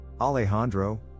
Alejandro